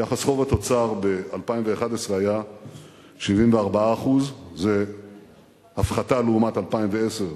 יחס חוב תוצר ב-2011 היה 74%. זו הפחתה לעומת 2010,